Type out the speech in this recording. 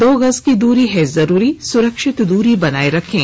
दो गज की दूरी है जरूरी सुरक्षित दूरी बनाए रखें